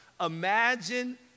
imagine